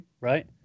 right